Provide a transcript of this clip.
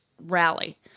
rally